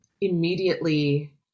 immediately